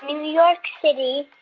new york city.